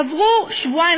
עברו שבועיים,